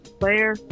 player